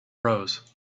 rose